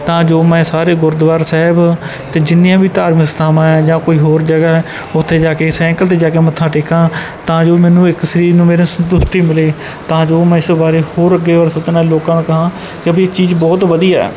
ਤਾਂ ਜੋ ਮੈਂ ਸਾਰੇ ਗੁਰਦੁਆਰਾ ਸਾਹਿਬ ਅਤੇ ਜਿੰਨੀਆਂ ਵੀ ਧਾਰਮਿਕ ਸੰਥਾਵਾਂ ਹੈ ਜਾਂ ਕੋਈ ਹੋਰ ਜਗ੍ਹਾ ਹੈ ਉੱਥੇ ਜਾ ਕੇ ਸੈਂਕਲ 'ਤੇ ਜਾ ਕੇ ਮੱਥਾ ਟੇਕਾਂ ਤਾਂ ਜੋ ਮੈਨੂੰ ਇੱਕ ਸਰੀਰ ਨੂੰ ਮੇਰੇ ਸੰਤੁਸ਼ਟੀ ਮਿਲੇ ਤਾਂ ਜੋ ਮੈਂ ਇਸ ਬਾਰੇ ਹੋਰ ਅੱਗੇ ਬਾਰੇ ਸੋਚਣ ਵਾਲੇ ਲੋਕਾਂ ਨੂੰ ਕਹਾਂ ਕਿ ਵੀ ਚੀਜ਼ ਬਹੁਤ ਵਧੀਆ